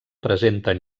presenten